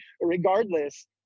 regardless